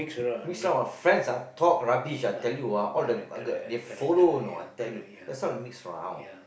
mix round ah friends ah talk rubbish I tell you ah all the bugger they follow you know I tell you that's why mix around